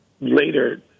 later